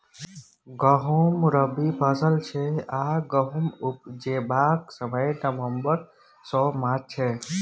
गहुँम रबी फसल छै आ गहुम उपजेबाक समय नबंबर सँ मार्च छै